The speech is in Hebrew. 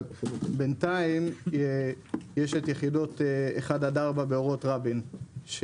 אבל בינתיים יש את יחידות 1-4 בהוראות רבין.